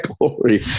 glory